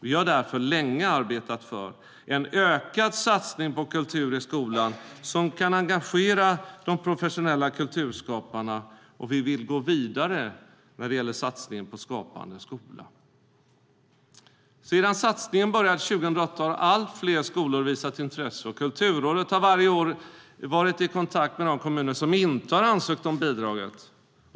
Vi har därför länge arbetat för en ökad satsning på kultur i skolan som kan engagera de professionella kulturskaparna, och vi vill gå vidare med satsningen på Skapande skola. Sedan satsningen började 2008 har allt fler skolor visat intresse, och Kulturrådet har varje år varit i kontakt med de kommuner som inte har ansökt om bidraget.